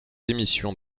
émissions